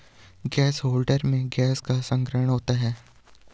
gas holder में gas का संग्रहण होता है